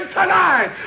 tonight